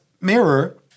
mirror